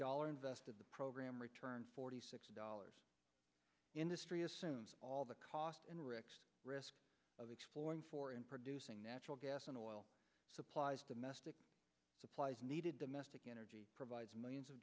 dollar invested the program return forty six dollars industry assumes all the cost in rexx risk of exploring for and producing natural gas and oil supplies domestic supplies needed domestic energy provides millions of